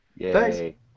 Thanks